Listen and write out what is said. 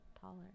taller